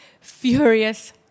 furious